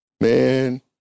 Man